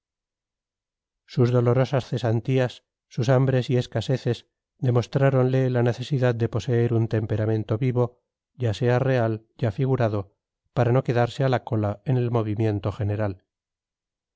dolorosas cesantías sus hambres y escaseces demostráronle la necesidad de poseer un temperamento vivo ya sea real ya figurado para no quedarse a la cola en el movimiento general